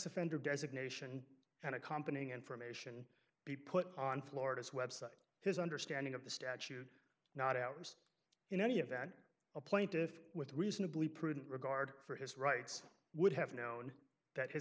offender designation and of kompany information be put on florida's website his understanding of the statute not out in any event a plaintive with reasonably prudent regard for his rights would have known that his